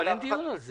אבל אין דיון על זה.